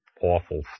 awful